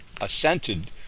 assented